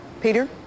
Peter